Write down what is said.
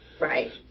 Right